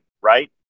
right